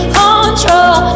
control